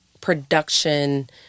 production